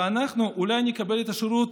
ואנחנו אולי נקבל את השירות,